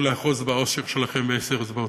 לאחוז באושר שלכם בעשר אצבעותיכם.